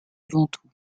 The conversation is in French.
ventoux